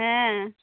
ᱦᱮᱸ